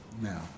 now